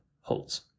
holds